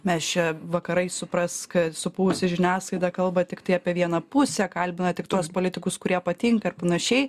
mes čia vakarai supras kad supuvusi žiniasklaida kalba tiktai apie vieną pusę kalbina tik tuos politikus kurie patinka ir panašiai